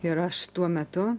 ir aš tuo metu